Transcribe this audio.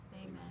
Amen